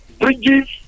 bridges